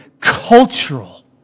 cultural